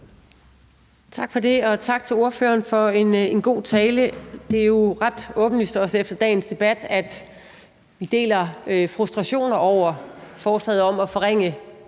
Tak for det, og tak til ordføreren for en god tale. Det er jo ret åbenlyst, også efter dagens debat, at vi deler frustrationer over forslaget om at forringe